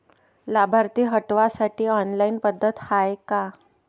लाभार्थी हटवासाठी ऑनलाईन पद्धत हाय का?